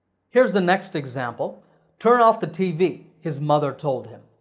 here's the next example turn off the tv! his mother told him.